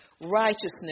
righteousness